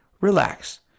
relax